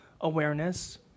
awareness